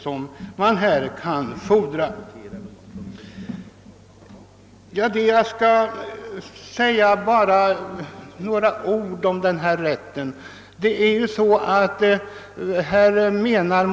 Sedan bara några ord om den gamla rätten att mot reducerade priser erhålla utsyning av ved och virke från kronoparken Böda.